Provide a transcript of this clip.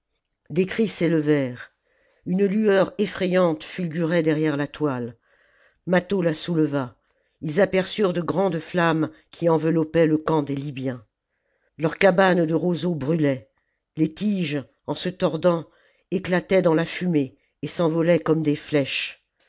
des cris s'élevèrent une lueur efirayante fulgurait derrière la toile mâtho la souleva ils aperçurent de grandes flammes qui enveloppaient le camp des libyens leurs cabanes de roseaux brûlaient les tiges en se tordant éclataient dans la fumée et s'envolaient comme des flèches